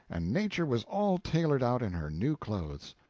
and nature was all tailored out in her new clothes.